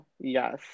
yes